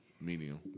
medium